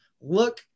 look